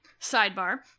Sidebar